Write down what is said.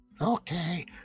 Okay